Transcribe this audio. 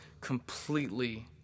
completely